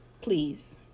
Please